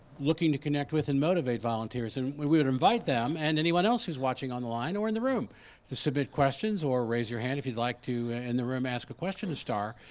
looking to connect with and motivate volunteers and we we would invite them and anyone else who's watching online or in the room to submit questions or raise your hand if you'd like to in and the room ask a question to star,